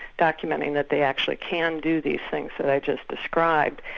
documenting that they actually can do these things that i just described,